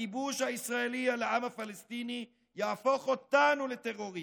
הכיבוש הישראלי על העם הפלסטיני יהפוך אותנו לטרוריסטים.